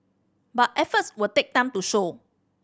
but efforts will take time to show